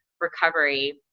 recovery